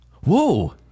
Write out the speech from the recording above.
Whoa